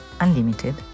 Unlimited